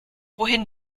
wohin